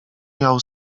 miał